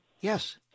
Yes